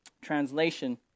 translation